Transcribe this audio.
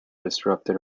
disrupted